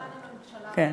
שולחן הממשלה ריק.